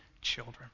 children